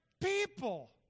people